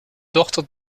dochter